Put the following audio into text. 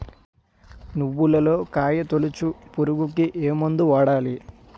నువ్వులలో కాయ తోలుచు పురుగుకి ఏ మందు వాడాలి?